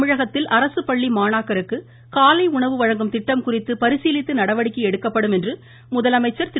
தமிழகத்தில் அரசு பள்ளி மாணாக்கருக்கு காலை உணவு வழங்கும் திட்டம் குறித்து பரிசீலித்து நடவடிக்கை எடுக்கப்படும் என்று முதலமைச்சர் திரு